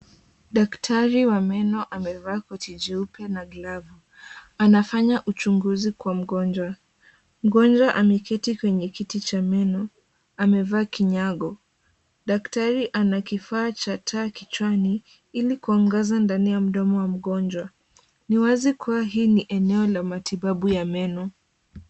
Daktari wa meno amevaa koti jeupe na glavu anafanya uchunguzi kwa mgonjwa. Mgonjwa ameketi kwenye kiti cha meno amevaa kinyago. Daktari anakifaa cha taa kichwani ili kuangaza ndani ya mdomo wa mgonjwa. Ni wazi kuwa hili ni eneo la matibabu ya meno.